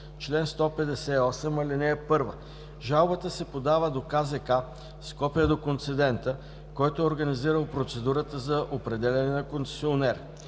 чл. 158: „Чл. 158. (1) Жалбата се подава до КЗК с копие до концедента, който е организирал процедурата за определяне на концесионер.